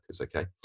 Okay